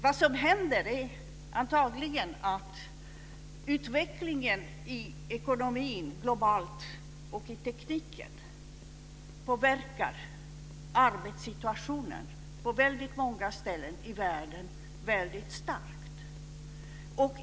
Vad som händer är antagligen att den globala utvecklingen av ekonomin och tekniken påverkar arbetssituationen på väldigt många ställen i världen väldigt starkt.